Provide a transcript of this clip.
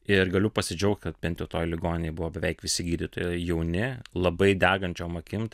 ir galiu pasidžiaugti kad bent jau toj ligoninėj buvo beveik visi gydytojai jauni labai degančiom akim